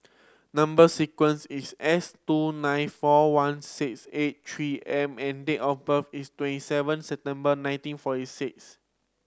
number sequence is S two nine four one six eight Three M and date of birth is twenty seven September nineteen forty six